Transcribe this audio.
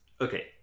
Okay